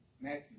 Matthew